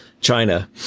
china